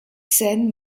scènes